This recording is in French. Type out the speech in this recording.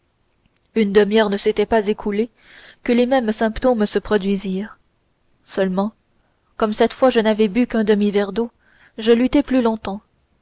une demi-heure ne s'était pas écoulée que les mêmes symptômes se produisirent seulement comme cette fois je n'avais bu qu'un demi-verre d'eau je luttai plus longtemps